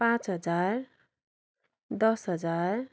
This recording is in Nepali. पाँच हजार दस हजार